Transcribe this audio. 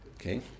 Okay